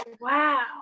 wow